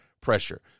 pressure